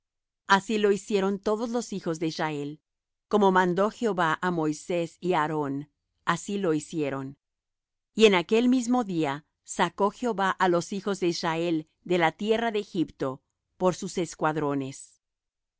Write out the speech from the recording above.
así lo hicieron todos los hijos de israel como mandó jehová á moisés y á aarón así lo hicieron y en aquel mismo día sacó jehová á los hijos de israel de la tierra de egipto por sus escuadrones